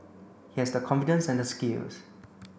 he has the confidence and the skills